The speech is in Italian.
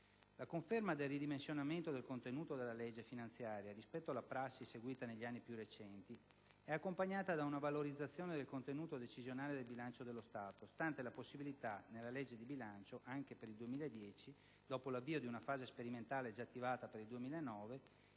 La conferma del ridimensionamento del contenuto della legge finanziaria rispetto alla prassi seguita negli anni più recenti è accompagnata da una valorizzazione del contenuto decisionale del bilancio dello Stato, stante la possibilità nella legge di bilancio - anche per il 2010, dopo l'avvio di una fase sperimentale già attivata per il 2009